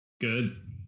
Good